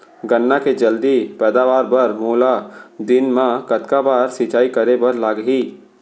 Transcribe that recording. गन्ना के जलदी पैदावार बर, मोला दिन मा कतका बार सिंचाई करे बर लागही?